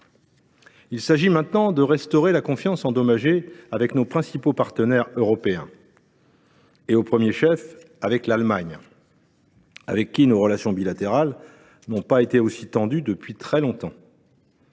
Il s’agit maintenant de restaurer la confiance altérée avec nos principaux partenaires européens, au premier chef desquels l’Allemagne, avec qui nos relations bilatérales n’ont pas été aussi tendues depuis très longtemps.